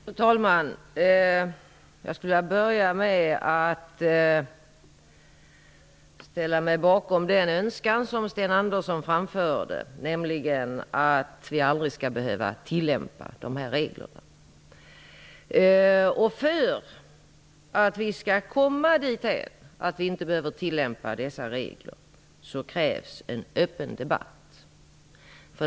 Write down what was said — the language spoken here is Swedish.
Fru talman! Till att börja med stäIler jag mig bakom den önskan som Sten Andersson i Malmö framförde, nämligen att vi aldrig skaIl behöva tillämpa de här reglerna. För att vi skaIl komma dithän att vi inte behöver tillämpa dessa regler krävs det en öppen debatt.